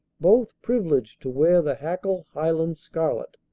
both privileged to wear the hackle highland scarlet,